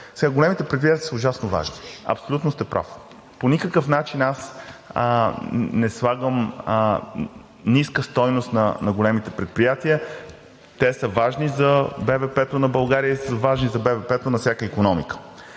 Големите предприятия са ужасно важни. Абсолютно сте прав. По никакъв начин аз не слагам ниска стойност на големите предприятия. Те са важни за БВП-то на България и са важни за БВП то на всяка икономика.